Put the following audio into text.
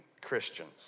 Christians